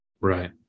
Right